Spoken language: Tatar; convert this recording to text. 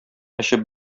эчеп